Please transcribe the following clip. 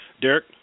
Derek